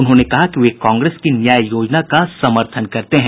उन्होंने कहा कि वे कांग्रेस की न्याय योजना का समर्थन करते हैं